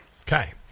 Okay